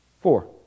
Four